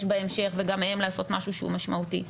בהמשך וגם מהם לעשות משהו שהוא משמעותי,